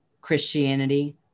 Christianity